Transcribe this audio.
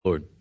Lord